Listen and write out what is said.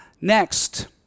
Next